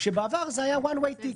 כשבעבר זה היה One way ticket.